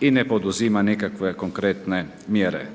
i ne poduzima nikakve konkretne mjere.